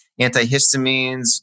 antihistamines